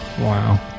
wow